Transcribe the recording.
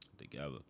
together